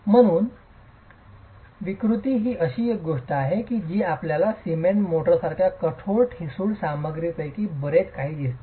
आणि म्हणूनच विकृति ही एक अशी गोष्ट आहे जी आपल्याला सिमेंट मोर्टारसारख्या कठोर ठिसूळ सामग्रीपेक्षा बरेच काही दिसते